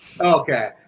Okay